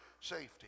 safety